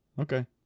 Okay